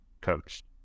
coached